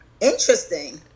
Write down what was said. Interesting